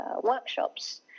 workshops